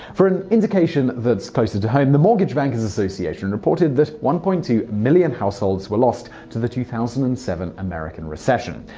for an indication that's closer to home, the mortgage bankers association reported that one point two million households were lost to the two thousand and seven american recession.